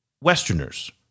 Westerners